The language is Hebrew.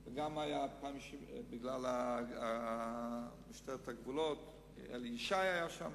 וגם, בגלל משטרת הגבולות, אלי ישי היה שם,